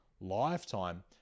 lifetime